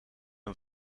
een